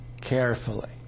carefully